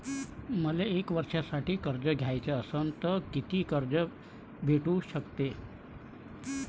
मले एक वर्षासाठी कर्ज घ्याचं असनं त कितीक कर्ज भेटू शकते?